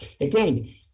again